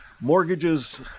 mortgages